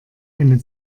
eine